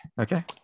Okay